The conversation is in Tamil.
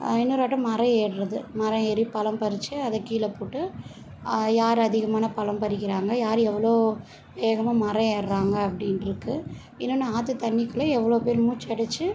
இன்னொரு ஆட்டம் மரம் ஏறுகிறது மரம் ஏறி பழம் பறித்து அதை கீழே போட்டு யார் அதிகமான பழம் பறிக்கிறாங்க யார் எவ்வளோ வேகமாக மரம் ஏறுகிறாங்க அப்படின்ட்ருக்கு இன்னொன்று ஆற்று தண்ணிக்குள்ளே எவ்வளோ பேர் மூச்சு அடைச்சு